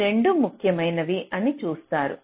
ఈ రెండూ ముఖ్యమైనవి అని చూస్తారు